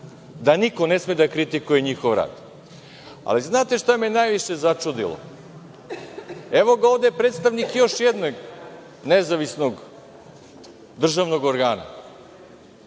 da niko ne sme da kritikuje njihov rad. Znate šta me je najviše začudilo? Evo ga ovde predstavnik još jednog nezavisnog državnog organa,